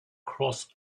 cross